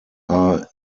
are